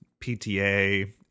PTA